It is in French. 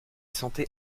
sentait